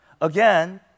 Again